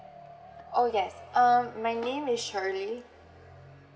oh yes um my name is shirley